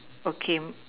okay